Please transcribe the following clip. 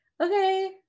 okay